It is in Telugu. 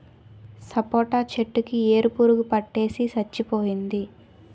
సపోటా చెట్టు కి ఏరు పురుగు పట్టేసి సచ్చిపోయింది